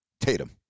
Tatum